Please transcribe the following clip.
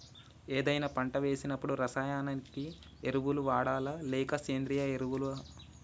ఏదైనా పంట వేసినప్పుడు రసాయనిక ఎరువులు వాడాలా? లేక సేంద్రీయ ఎరవులా?